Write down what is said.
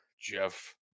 Jeff